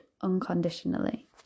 unconditionally